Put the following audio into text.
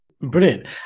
Brilliant